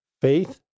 faith